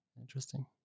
interesting